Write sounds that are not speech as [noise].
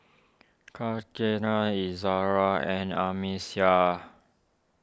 car [unintelligible] Izzara and Amsyar